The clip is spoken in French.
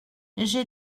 j’ai